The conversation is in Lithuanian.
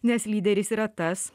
nes lyderis yra tas